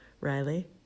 Riley